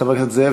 חבר הכנסת זאב,